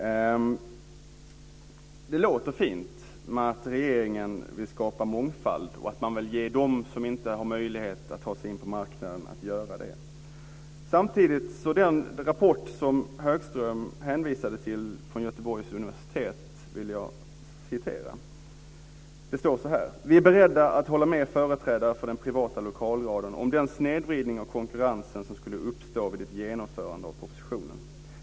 Det låter fint med att regeringen vill skapa mångfald, och att man vill ge dem som inte har möjlighet att ta sig in på marknaden att göra det. Samtidigt vill jag citera ur den rapport från Göteborgs universitet som Högström hänvisade till. Det framgår att de är beredda att hålla med företrädare för den privata lokalradion om den snedvridning av konkurrensen som skulle uppstå vid ett genomförande av propositionen.